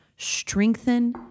Strengthen